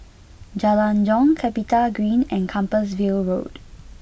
Jalan Jong CapitaGreen and Compassvale Road